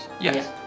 Yes